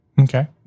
Okay